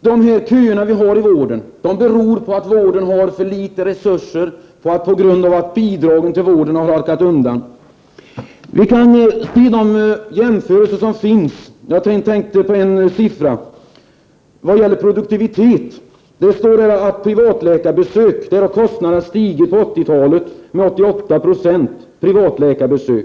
De köer vi har i vården beror på att vården har för litet resurser, på grund av att bidragen till vården har halkat efter. Vi kan se på de jämförelser som finns. Jag tänkte på en siffra som gäller produktiviteten. Det står att kostnaden för privatläkarbesök på 80-talet har stigit med 88 20.